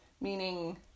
meaning